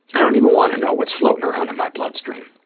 i don't even want to know what's floating around in my bloodstream.